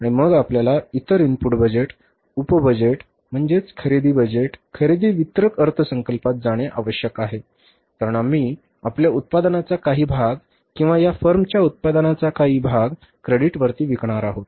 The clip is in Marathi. आणि मग आपल्याला इतर इनपुट बजेट उप बजेट म्हणजे खरेदी बजेट खरेदी वितरक अर्थसंकल्पात जाणे आवश्यक आहे कारण आम्ही आपल्या उत्पादनाचा काही भाग किंवा या फर्मच्या उत्पादनाचा काही भाग क्रेडिट वरती विकणार आहोत